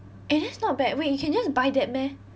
eh that's not bad wait you can just buy that meh